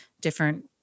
different